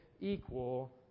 equal